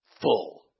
full